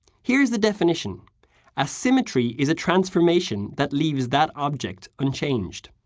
here's the definition a symmetry is a transformation that leaves that object unchanged.